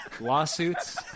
lawsuits